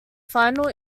final